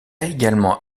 également